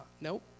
nope